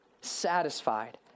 satisfied